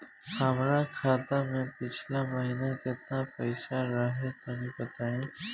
हमरा खाता मे पिछला महीना केतना पईसा रहे तनि बताई?